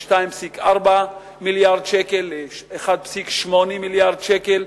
מ-2.4 מיליארדי שקל ל-1.8 מיליארד שקל.